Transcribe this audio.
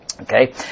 Okay